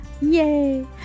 Yay